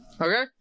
Okay